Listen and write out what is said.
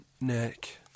Nick